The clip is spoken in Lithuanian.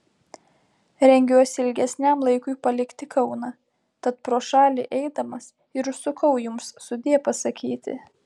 rengiuosi ilgesniam laikui palikti kauną tat pro šalį eidamas ir užsukau jums sudie pasakyti